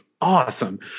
awesome